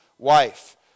wife